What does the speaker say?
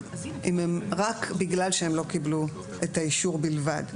רק בגלל שהם לא קיבלו את האישור בלבד,